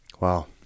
Wow